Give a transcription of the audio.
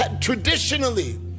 traditionally